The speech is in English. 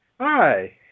Hi